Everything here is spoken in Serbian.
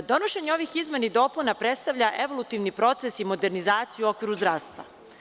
Donošenje ovih izmena i dopuna predstavlja evolutivni proces i modernizaciju u okviru zdravstva.